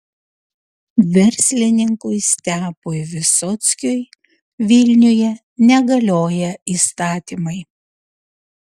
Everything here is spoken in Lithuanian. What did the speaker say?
verslininkui stepui visockiui vilniuje negalioja įstatymai